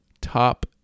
top